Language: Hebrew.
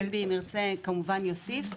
אדוני אם ירצה כמובן יוסיף.